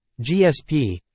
GSP